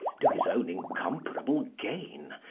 to his own incomparable gain,